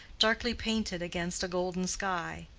darkly painted against a golden sky.